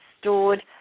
stored